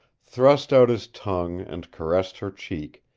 thrust out his tongue and caressed her cheek,